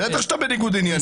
בטח שאתה בניגוד עניינים.